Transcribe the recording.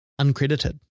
Uncredited